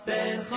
Ben